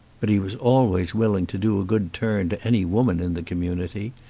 but he was always willing to do a good turn to any woman in the community.